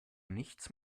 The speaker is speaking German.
nichts